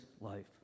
life